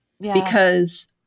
because-